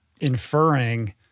inferring